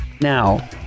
now